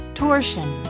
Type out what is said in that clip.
torsion